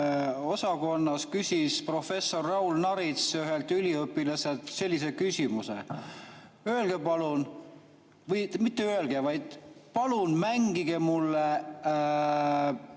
osakonnas küsis professor Raul Narits ühelt üliõpilaselt sellise küsimuse: öelge palun, või mitte öelge, vaid palun mängige mulle